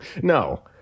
no